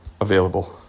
available